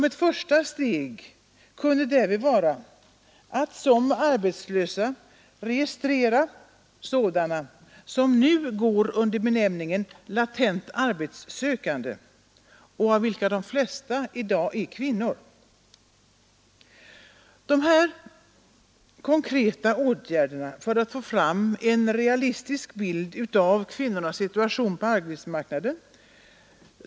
Ett första steg kunde därvid vara att som arbetslösa registrera sådana som nu går under benämningen ”latent arbetssökande” och som i dag i de flesta fall är kvinnor. Detta är konkreta åtgärder för att få fram en realistisk bild av kvinnornas situation på arbetsmarknaden.